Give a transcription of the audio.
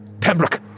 Pembroke